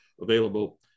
available